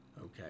okay